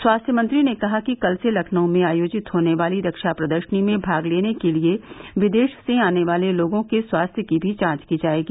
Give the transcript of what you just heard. स्वास्थ्य मंत्री ने कहा कि कल से लखनऊ में आयोजित होने वाली रक्षा प्रदर्शनी में भाग लेने के लिये विदेश से आने वाले लोगों के स्वास्थ्य की भी जांच की जाएगी